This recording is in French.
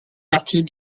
partie